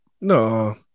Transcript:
No